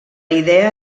idea